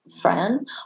friend